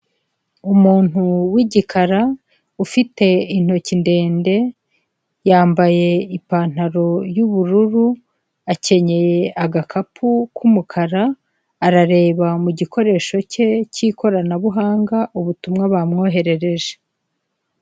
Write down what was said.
Umuntu w'igikara ufite intoki ndende yambaye ipantaro y'ubururu, akenye agakapu k'umukara, arareba mu gikoresho cye k'ikoranabuhanga ubutumwa bumwoherereje.